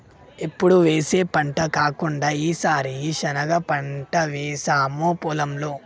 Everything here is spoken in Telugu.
ఎప్పుడు వేసే పంట కాకుండా ఈసారి శనగ పంట వేసాము పొలంలో